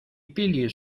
pilier